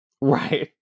Right